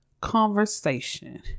conversation